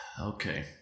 Okay